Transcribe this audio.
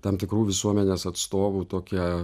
tam tikrų visuomenės atstovų tokią